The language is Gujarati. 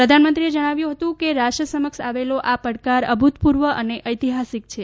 પ્રધાનમંત્રીએ જણાવ્યું હતું કે રાષ્ટ્ર સમક્ષ આવેલો આ પડકાર અભૂતપૂર્વ અને ઐતિહાસિક છે